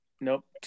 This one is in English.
Nope